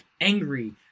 angry